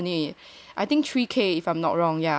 three K if I'm not wrong ya